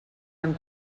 han